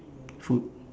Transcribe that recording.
food